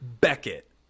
Beckett